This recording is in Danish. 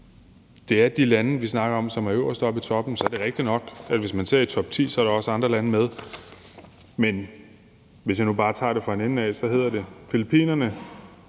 det er de lande, vi snakker om, som er øverst oppe i toppen. Så er det rigtigt nok, at hvis man kigger på topti, er der også andre lande med, men hvis jeg nu bare tager det fra en ende af, hedder det: Filippinerne,